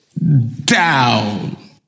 down